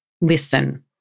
Listen